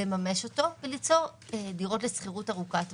לממש אותו וליצור דירות לשכירות ארוכת טווח.